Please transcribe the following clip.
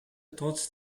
trotz